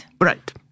Right